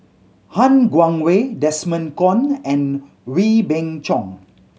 Han Guangwei Desmond Kon and Wee Beng Chong